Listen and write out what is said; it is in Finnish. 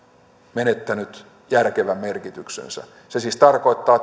menettänyt järkevän merkityksensä se siis tarkoittaa